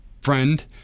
friend